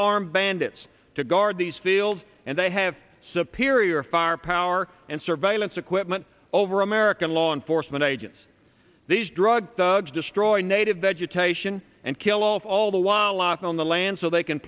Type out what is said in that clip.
armed bandits to guard these fields and they have superior firepower and surveillance equipment over american law enforcement agents these drug thugs destroy native vegetation and kill off all the while on the land so they can